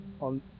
on